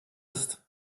ist